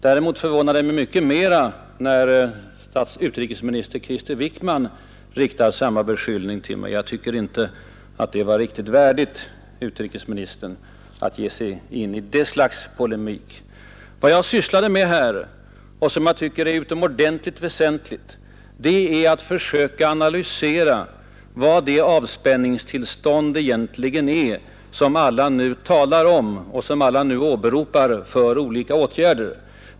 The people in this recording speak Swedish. Däremot förvånar det mig när utrikesminister Krister Wickman riktar samma beskyllning mot mig. Jag tycker att det inte var riktigt värdigt utrikesministern att ge sig in i detta slag av polemik. Vad jag har sysslat med och funnit utomordentligt väsentligt är att försöka analysera vad det avspänningstillstånd egentligen är som alla nu talar om och som alla nu åberopar för olika åtgärder.